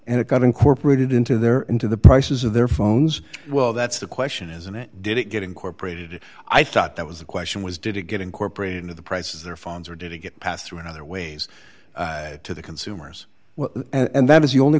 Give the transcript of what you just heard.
and it got incorporated into their into the prices of their phones well that's the question isn't it did it get incorporated i thought that was the question was did it get incorporated into the price of their phones or did it get passed through in other ways to the consumers and that is the only